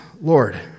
Lord